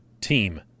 team